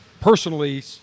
personally